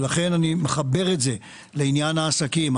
ולכן אני מחבר את זה לעניין העסקים.